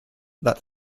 that